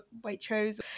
Waitrose